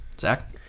Zach